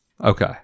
Okay